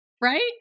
Right